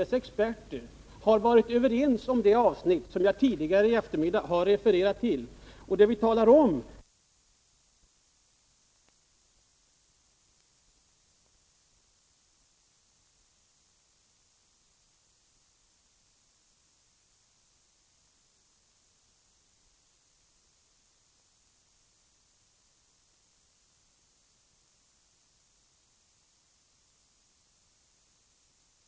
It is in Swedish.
dess experter har varit överens om det avsnitt som jag tidigare i eftermiddag refererade till, där vi säger att kostnaden inte skulle svara mot de förtjänster som är möjliga, där vi ställer förhoppningar till fiskevårdsområdesbildningen och där vi säger att om detta inte ger resultat, då får en inlösen av fisket prövas. Vad jag har anklagat Åke Wictorsson för är att inte vilja avvakta den övergångstid under vilken fiskevårdsområdesbildningen skulle äga rum. Det är vad som gäller.